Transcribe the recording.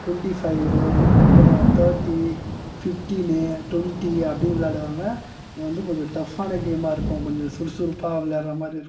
twenty five the thirty ஃபிப்டின்னு twenty அப்படி விளையாடுவாங்கள் அது வந்து கொஞ்சம் டஃப்பான கேமா இருக்கும் கொஞ்சம் சுறுசுறுப்பாக விளையாடுற மாதிரி இருக்கும்